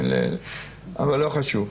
אבל לא חשוב,